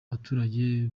abaturage